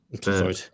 sorry